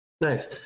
Nice